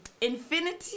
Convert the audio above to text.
Infinity